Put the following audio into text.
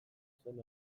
zen